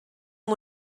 amb